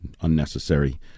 Unnecessary